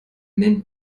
nennt